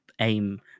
aim